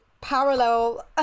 parallel